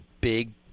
big